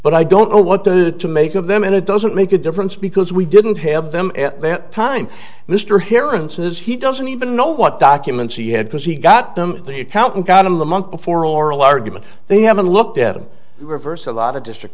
but i don't know what the make of them and it doesn't make a difference because we didn't have them at that time mr heron says he doesn't even know what documents he had because he got them the accountant out of the month before oral argument they haven't looked at them to reverse a lot of district